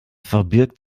verbirgt